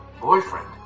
Boyfriend